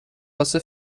واسه